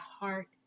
heart